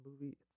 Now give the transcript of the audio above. movie